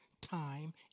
time